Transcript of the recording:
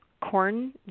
corn